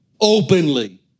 openly